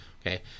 Okay